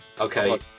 okay